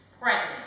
pregnant